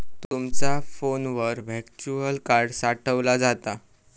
तुमचा फोनवर virtual card साठवला जाता